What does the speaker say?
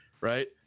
right